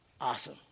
Awesome